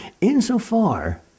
Insofar